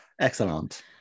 Excellent